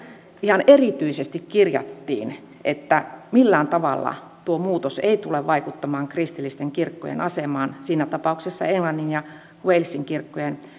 ihan erityisesti kirjattiin että millään tavalla tuo muutos ei tule vaikuttamaan kristillisten kirkkojen asemaan siinä tapauksessa englannin ja walesin kirkkojen